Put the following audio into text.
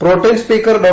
pro tem speaker Dr